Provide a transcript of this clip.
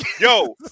yo